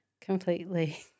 completely